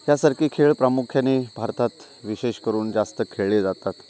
यासारखे खेळ प्रामुख्याने भारतात विशेषकरून जास्त खेळले जातात